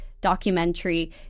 documentary